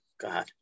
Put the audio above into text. God